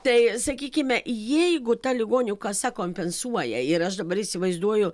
tai sakykime jeigu ta ligonių kasa kompensuoja ir aš dabar įsivaizduoju